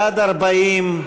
בעד, 40,